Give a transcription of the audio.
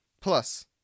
Plus